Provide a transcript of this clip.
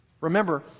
Remember